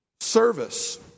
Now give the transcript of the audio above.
Service